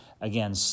again